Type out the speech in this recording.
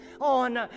on